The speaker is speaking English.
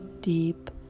deep